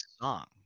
song